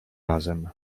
razem